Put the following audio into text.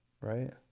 right